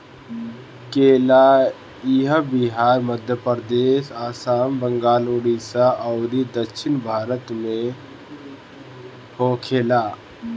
केला इहां बिहार, मध्यप्रदेश, आसाम, बंगाल, उड़ीसा अउरी दक्षिण भारत में होखेला